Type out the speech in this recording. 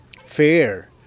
fair